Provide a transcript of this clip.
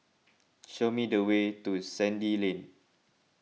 show me the way to Sandy Lane